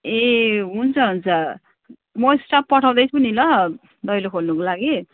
ए हुन्छ हुन्छ म स्टाफ पठाउँदै छु नि ल दैलो खोल्नुको लागि